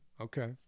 Okay